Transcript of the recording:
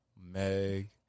meg